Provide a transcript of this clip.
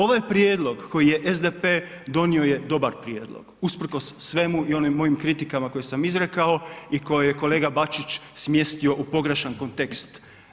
Ovaj prijedlog koji je SDP donio je dobar prijedlog, usprkos svemu i onim mojim kritikama koje sam izrekao i koje je kolega Bačić smjestio u pogrešan kontekst.